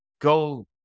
go